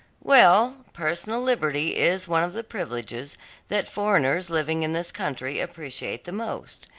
well, personal liberty is one of the privileges that foreigners living in this country appreciate the most.